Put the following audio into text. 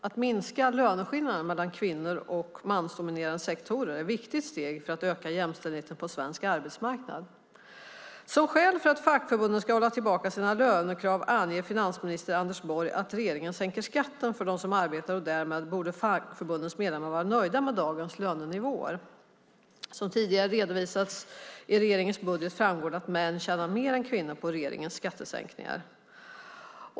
Att minska löneskillnaderna mellan kvinno och mansdominerade sektorer är ett viktigt steg för att öka jämställdheten på svensk arbetsmarknad. Som skäl för att fackförbunden ska hålla tillbaka sina lönekrav anger finansminister Anders Borg att regeringen sänker skatten för dem som arbetar och att fackförbunden därmed borde vara nöjda med dagens lönenivåer. Som tidigare redovisats i regeringens budget tjänar män mer än kvinnor på regeringens skattesänkningar.